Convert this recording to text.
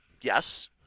Yes